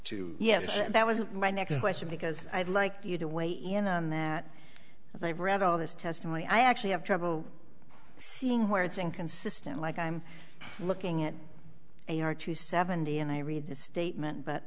two yes that was my next question because i'd like you to weigh in on that and i've read all this testimony i actually have trouble seeing where it's inconsistent like i'm looking at a r two seventy and i read the statement but